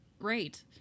great